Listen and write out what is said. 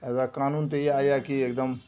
एहि दुआरे कानून तऽ इएह यऽ कि एगदम